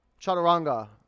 chaturanga